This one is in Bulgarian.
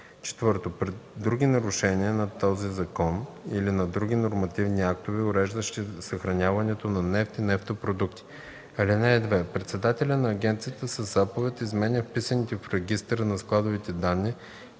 акт; 4. при други нарушения на този закон или на други нормативни актове, уреждащи съхраняването на нефт и нефтопродукти. (2) Председателят на агенцията със заповед изменя вписаните в регистъра на складовете данни